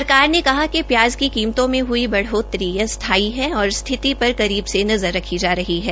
सरकार ने कहा है कि प्याज की कीमतों में हई बढ़ोतरी अस्थायी है और स्थिति पर करीब से नज़र रखी जा रही है